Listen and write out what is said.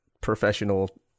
professional